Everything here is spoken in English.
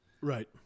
right